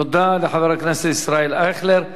תודה לחבר הכנסת ישראל אייכלר.